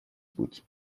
بود